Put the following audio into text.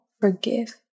forgive